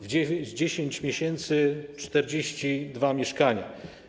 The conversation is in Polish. W 10 miesięcy 42 mieszkania.